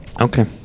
Okay